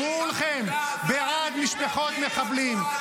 כולכם בעד משפחות מחבלים.